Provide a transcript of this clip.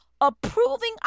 approving